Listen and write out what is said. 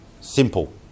simple